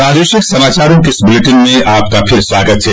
प्रादेशिक समाचारो के इस बुलेटिन मे आपका फिर से स्वागत है